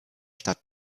stadt